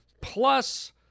plus